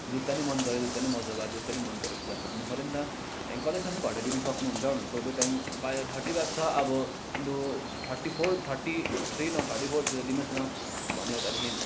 जुत्ता पनि मन पऱ्यो जुत्ता पनि मजाको अब जुत्ता पनि मन परेपछि त अब भन्नु पऱ्यो नि त त्यहाँदेखि कतिसम्म चाहिँ घटाइदिनु सक्नुहुन्छ भनेर सध्यो त्यहाँदेखि बाहिर थर्टी फाइभ छ अब लु थर्टी फोर थर्टी थ्री नभए थर्टी फोरतिर दिनुहोस् न भन्यो त्यहाँदेखि